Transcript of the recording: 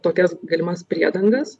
tokias galimas priedangas